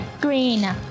Green